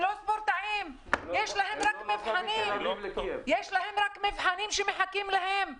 יש להם רק מבחנים שמחכים להם,